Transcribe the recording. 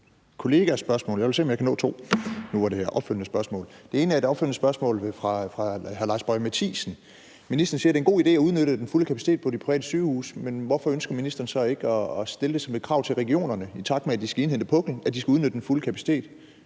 Det ene er et opfølgende spørgsmål på Lars Boje Mathiesens spørgsmål. Ministeren siger, at det er en god idé at udnytte den fulde kapacitet på de private sygehuse, men hvorfor ønsker ministeren så ikke at stille det som et krav til regionerne, i takt med at de skal indhente puklen, at de skal udnytte den fulde kapacitet